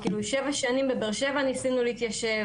שבע שנים בבאר שבע ניסינו להתיישב,